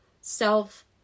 self